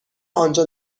آنجا